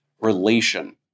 relation